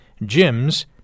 gyms